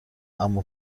عمو